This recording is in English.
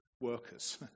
workers